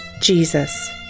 Jesus